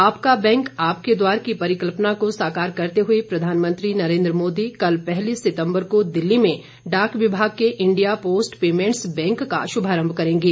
आपका बैंक आपके द्वार की परिकल्पना को साकार करते हुए प्रधानमंत्री नरेन्द्र मोदी कल पहली सितम्बर को दिल्ली में डाक विभाग के इंडिया पोस्ट पैमेंट्स बैंक का शुभारम्भ करेंगे